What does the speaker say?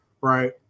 right